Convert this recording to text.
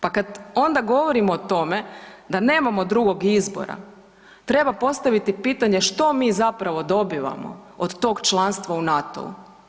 Pa kad onda govorimo o tome da nemamo drugog izbora treba postaviti pitanje što mi zapravo dobivamo od tog članstva u NATO-u?